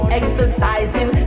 exercising